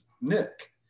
Nick